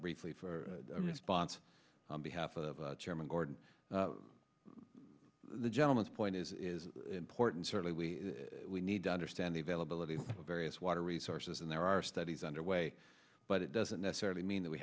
briefly for a response on behalf of chairman gordon the gentleman's point is important certainly we we need to understand the veil ability of various water resources and there are studies underway but it doesn't necessarily mean that we